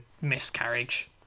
miscarriage